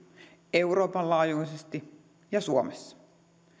euroopan laajuisesti ja suomessa